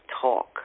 Talk